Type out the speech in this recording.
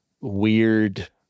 weird